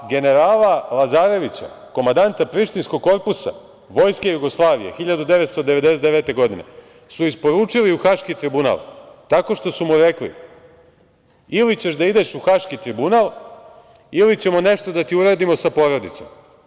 Generala Lazarevića, komadanta Prištinskog korpusa Vojske Jugoslavije, 1999. godine su isporučili u Haški tribunal tako što su mu rekli - ili ćeš da ideš u Haški tribunal ili ćemo nešto da ti uradimo sa porodicom.